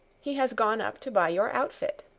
he has gone up to buy your outfit.